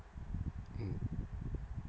mm